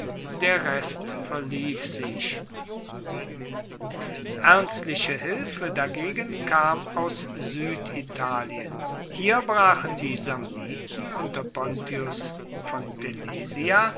der rest verlief sich ernstliche hilfe dagegen kam aus süditalien hier brachen die samniten unter pontius von telesia